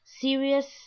serious